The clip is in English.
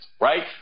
right